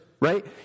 right